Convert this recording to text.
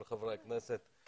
כל חברי הכנסת.